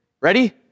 ready